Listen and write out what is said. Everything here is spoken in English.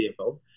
CFO